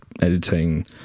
editing